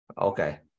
Okay